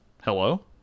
hello